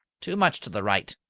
too much to the right,